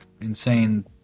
insane